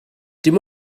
dim